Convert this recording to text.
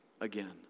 again